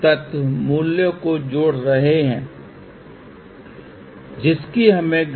तो अब amplifier 50 Ω impedance देखता है और यह 50 Ω है